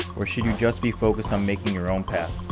or should you just be focused on making your own path?